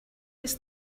was